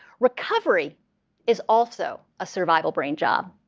recovery is also a survival brain job.